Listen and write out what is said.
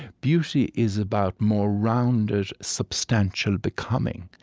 beauty is about more rounded, substantial becoming.